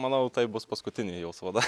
manau tai bus paskutinė jos valda